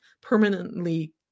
permanently